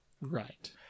Right